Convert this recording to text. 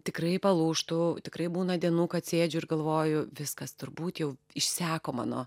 tikrai palūžtu tikrai būna dienų kad sėdžiu ir galvoju viskas turbūt jau išseko mano